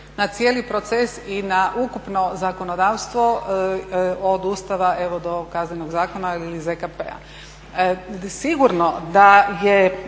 na cijeli proces i na ukupno zakonodavstvo od Ustava, evo do Kaznenog zakona ili ZKP-a.